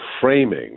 framing